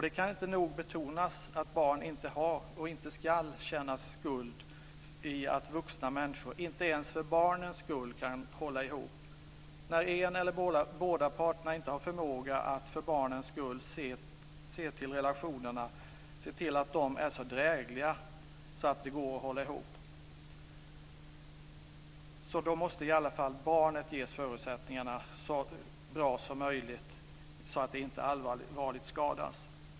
Det kan inte nog betonas att barn inte har och inte ska känna skuld i att vuxna människor - inte ens för barnens skull - inte kan hålla ihop. När den ena eller båda parterna inte har förmåga att för barnens skull se till att relationerna är drägliga nog för att hålla ihop måste i alla fall barnen ges så bra förutsättningar som möjligt för att inte allvarligt ta skada.